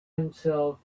himself